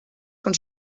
com